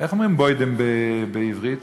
איך אומרים "בוידם" בעברית?